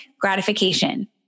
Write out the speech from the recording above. gratification